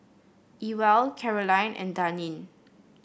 Ewell Caroline and Daneen